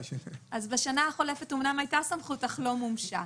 בשנה החולפת אמנם הייתה סמכות, אך לא מומשה.